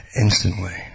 instantly